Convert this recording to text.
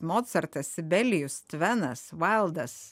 mocartas sibelijus tvenas valdas